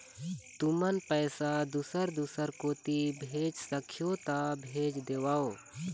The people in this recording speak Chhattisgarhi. तुमन पैसा दूसर दूसर कोती भेज सखीहो ता भेज देवव?